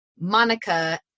Monica